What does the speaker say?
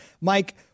Mike